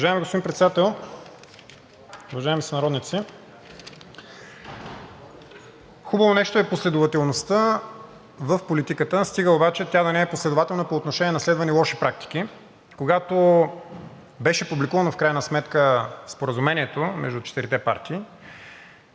Уважаеми господин Председател, уважаеми сънародници! Хубаво нещо е последователността в политиката, стига обаче тя да не е последователна по отношение на следвани лоши практики. Когато в крайна сметка беше публикувано споразумението между четирите партии,